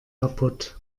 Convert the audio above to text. kapput